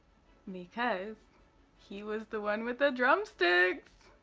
because he was the one with the drumsticks!